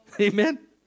Amen